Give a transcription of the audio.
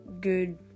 good